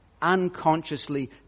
Unconsciously